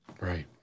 Right